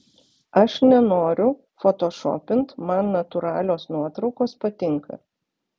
aš nenoriu fotošopint man natūralios nuotraukos patinka